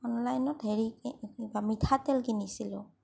অনলাইনত হেৰি মিঠাতেল কিনিছিলো